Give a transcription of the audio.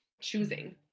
choosing